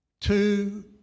two